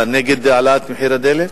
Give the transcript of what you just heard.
אתה נגד העלאת מחיר הדלק?